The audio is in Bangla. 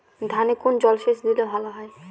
ধানে কোন জলসেচ দিলে ভাল হয়?